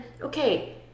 okay